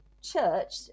church